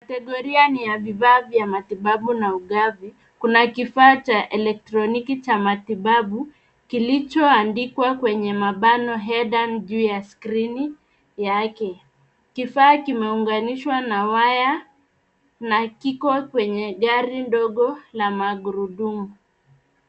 Kategoria ni ya vifaa vya matibabu na ugavi. Kuna kifaa cha elektroniki cha matibabu, kilichoandikwa kwenye mabano hedan juu ya skrini yake. Kifaa kimeunganishwa na waya na kiko kwenye gari ndogo la magurudumu.